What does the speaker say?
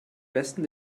besten